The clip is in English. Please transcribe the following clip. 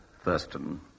Thurston